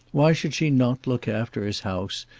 why should she not look after his house,